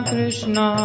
Krishna